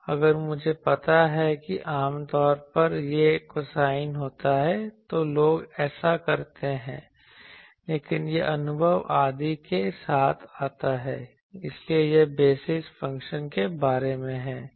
अगर मुझे पता है कि आम तौर पर यह कोसाइन होता है तो लोग ऐसा करते हैं लेकिन यह अनुभव आदि के साथ आता है इसलिए यह बेसिस फंक्शन के बारे में है